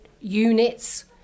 units